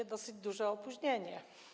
To dosyć duże opóźnienie.